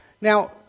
Now